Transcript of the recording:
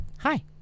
Hi